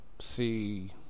see